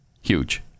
huge